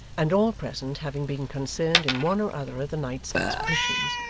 and all present having been concerned in one or other of the night's expeditions,